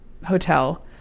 Hotel